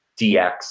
DX